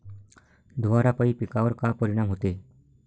धुवारापाई पिकावर का परीनाम होते?